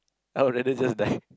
I'd rather just die